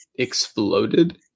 exploded